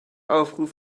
aufruf